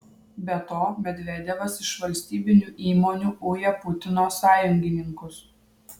be to medvedevas iš valstybinių įmonių uja putino sąjungininkus